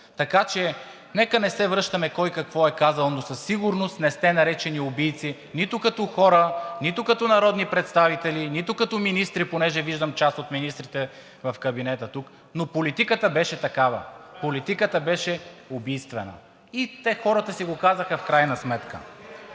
така че нека не се връщаме кой какво е казал, но със сигурност не сте наречени убийци нито като хора, нито като народни представители, нито като министри, понеже виждам част от министрите от кабинета тук, но политиката беше такава, политиката беше убийствена и хората си го казаха в крайна сметка.